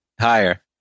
Higher